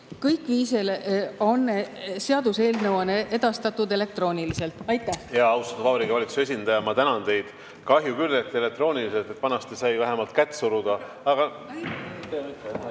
Kõik viis seaduseelnõu on edastatud elektrooniliselt. Aitäh! Austatud Vabariigi Valitsuse esindaja, ma tänan teid. Kahju küll, et elektrooniliselt, vanasti sai vähemalt kätt suruda,